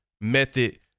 method